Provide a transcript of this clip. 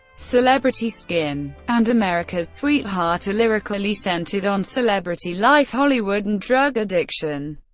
celebrity skin and america's sweetheart are lyrically centered on celebrity life, hollywood, and drug addiction,